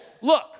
look